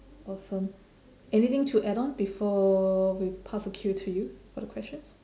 awesome anything to add on before we pass the cue to you for the questions